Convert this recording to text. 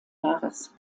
jahres